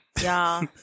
y'all